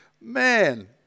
Man